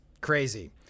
crazy